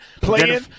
Playing